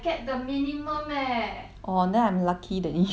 orh then I'm lucky than you I got eight hundred